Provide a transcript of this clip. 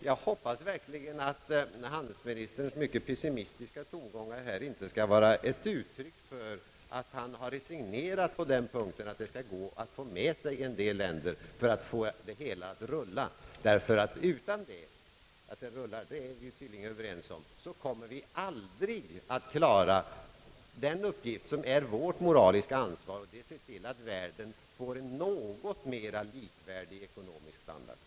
Jag hoppas verkligen att handelsministerns mycket pessimistiska tongångar här inte skall vara ett uttryck för att han har resignerat när det gäller möjligheterna att få med sig en del länder för att få det hela att rulla. Sker inte det kommer vi aldrig att klara den uppgift som är vårt moraliska ansvar, och det är att se till att världen får en något mera likvärdig ekonomisk standard.